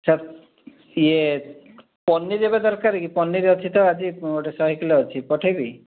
sir ଇଏ ପନିର୍ ଏବେ ଦରକାର କି ପନିର୍ ଅଛି ତ ଆଜି ଗୋଟେ ଶହେ କିଲୋ ଅଛି ପଠାଇବି